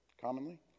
commonly